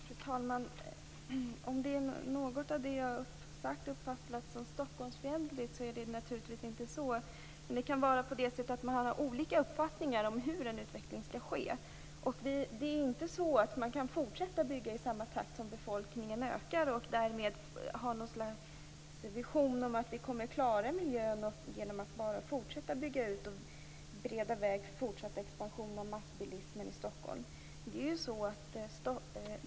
Fru talman! Om något av det som jag har sagt har uppfattats som Stockholmsfientligt är det naturligtvis fel uppfattat. Men man kan ha olika uppfattningar om hur en utveckling skall ske. Det går inte att fortsätta att bygga i samma takt som befolkningen ökar och ha något slags vision om att vi kommer att klara miljön bara genom att fortsätta att bygga ut och bereda väg för fortsatt expansion och massbilism.